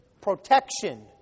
protection